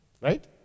right